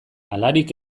halarik